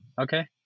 Okay